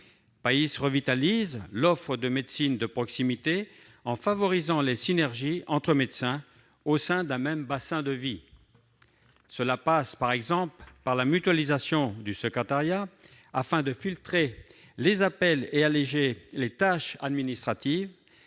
revitalise l'offre de médecine de proximité en favorisant les synergies entre médecins, au sein d'un même bassin de vie. Cela passe, par exemple, par la mutualisation du secrétariat, afin de filtrer les appels et alléger les tâches administratives,